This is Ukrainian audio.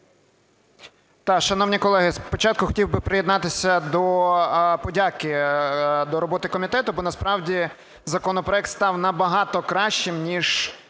Я.Р. Шановні колеги, спочатку хотів би приєднатися до подяки до роботи комітету, бо насправді законопроект став набагато кращим, ніж